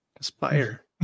aspire